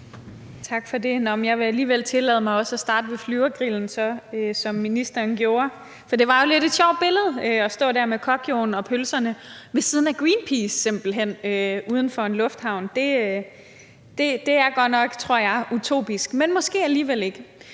Tak for det. Jeg vil alligevel tillade mig også at starte ved Flyvergrillen, som ministeren gjorde, for det var jo et lidt sjovt billede: at stå dér med Cocioen og pølserne ved siden af Greenpeace, simpelt hen, uden for en lufthavn. Det er godt nok, tror jeg, utopisk, og måske alligevel ikke,